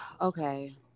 okay